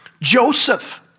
Joseph